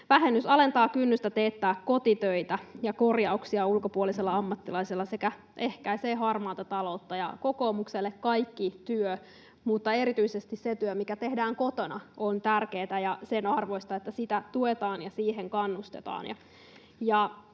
Vähennys alentaa kynnystä teettää kotitöitä ja korjauksia ulkopuolisella ammattilaisella sekä ehkäisee harmaata taloutta. Kokoomukselle kaikki työ, mutta erityisesti se työ, mikä tehdään kotona, on tärkeätä ja sen arvoista, että sitä tuetaan ja siihen kannustetaan.